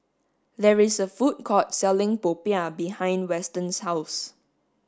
there is a food court selling popiah behind Weston's house